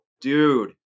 dude